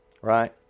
Right